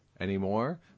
anymore